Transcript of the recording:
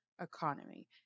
economy